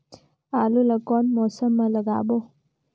आलू ला कोन मौसम मा लगाबो?